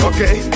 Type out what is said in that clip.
Okay